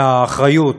מהאחריות,